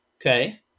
okay